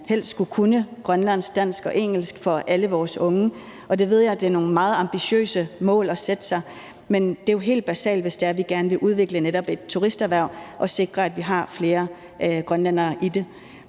helst skal kunne grønlandsk, dansk og engelsk for alle vores unges vedkommende, og det ved jeg er nogle meget ambitiøse mål at sætte sig. Men det er jo helt basalt, hvis det er, at vi gerne vil udvikle netop et turisterhverv og sikre, at vi har flere grønlændere i det.